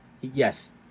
Yes